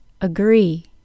agree